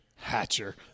Hatcher